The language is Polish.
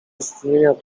istnienia